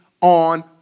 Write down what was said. on